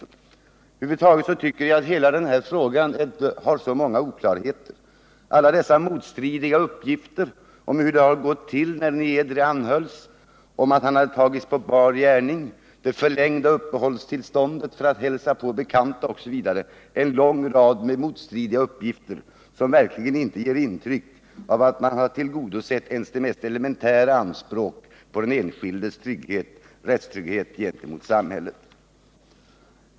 Över huvud taget tycker jag hela den här frågan inrymmer så många oklarheter: alla dessa motstridiga uppgifter om hur det gick till då Niedre anhölls — han skulle ha tagits på bar gärning, haft förlängt uppehållstillstånd för att hälsa på bekanta. Det är en lång rad motstridiga uppgifter som verkligen inte ger intryck av att man tillgodosett ens de mest elementära anspråk på den enskildes rättstrygghet gentemot samhället.